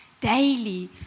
daily